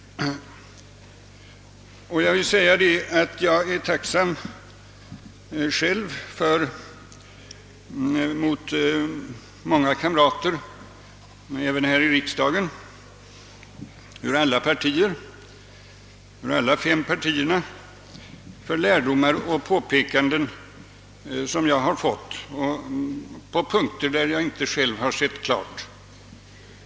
Jag är själv tacksam mot mina kamrater ur alla partierna här i riksdagen — alla fem partierna — för de lärdomar och påpekanden som jag har fått på punkter, där jag själv inte kunnat se klart.